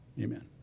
Amen